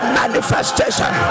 manifestation